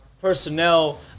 personnel